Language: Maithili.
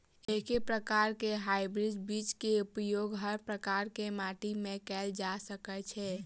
एके प्रकार केँ हाइब्रिड बीज केँ उपयोग हर प्रकार केँ माटि मे कैल जा सकय छै?